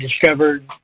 discovered